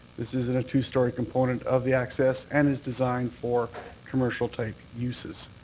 this is and a two-storey component of the access and is designed for commercial-type uses.